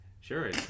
sure